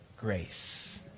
grace